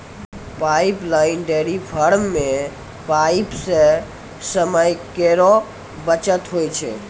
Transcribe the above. pipeline dairy farm म pipe सें समय केरो बचत होय छै